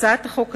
הצעת חוק זו,